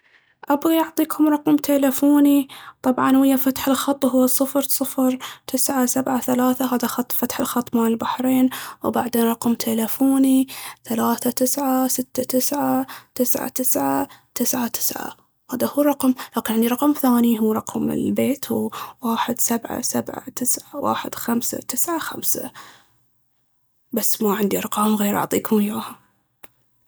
ابغي اعطيكم رقم تيلفوني. طبعاً ويا فتح الخط هو صفر صفر تسعة سبعة ثلاثة، هاذا فتح الخط مال البحرين. وبعدين رقم تيلفوني ثلاثة تسعة ستة تسعة تسعة تسعة تسعة تسعة. هاذا هو رقم لكن عندي رقم ثاني هو رقم البيت وهو واحد سبعة سبعة تسعة واحد خمسة تسعة خمسة. بس ما عندي ارقام غير اعطيكم ايها.